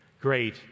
Great